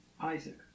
Isaac